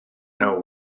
know